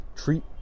Treat